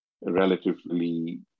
relatively